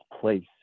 place